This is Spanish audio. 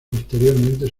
posteriormente